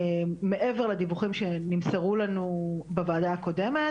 מעבר לדיווחים שנמסרו לנו בוועדה הקודמת?